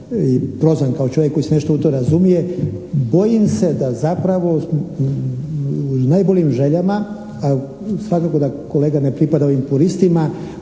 prozvan kao čovjek koji se nešto u to razumije. Bojim se da zapravo s najboljim željama, a svakako da kolega ne pripada ovim puristima